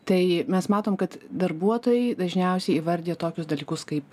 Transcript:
tai mes matom kad darbuotojai dažniausiai įvardija tokius dalykus kaip